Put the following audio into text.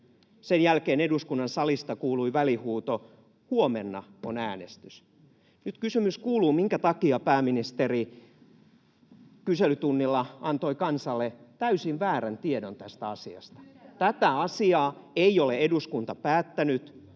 Sen jälkeen eduskunnan salista kuului välihuuto: ”Huomenna on äänestys.” Nyt kysymys kuuluu, minkä takia pääministeri kyselytunnilla antoi kansalle täysin väärän tiedon tästä asiasta? [Maria Guzeninan välihuuto] Tätä asiaa ei ole eduskunta päättänyt,